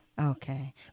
Okay